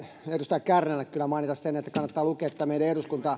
edustaja kärnälle kyllä mainita sen että kannattaa lukea tämä meidän